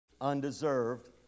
undeserved